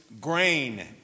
grain